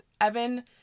Evan